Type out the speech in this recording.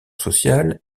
sociale